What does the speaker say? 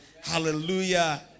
Hallelujah